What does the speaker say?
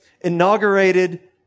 Inaugurated